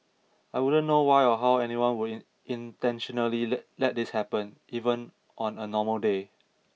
I wouldn't know why or how anyone would in intentionally let this happen even on a normal day